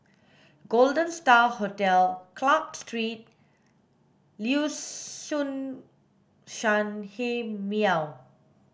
Golden Star Hotel Clarke Street Liuxun Sanhemiao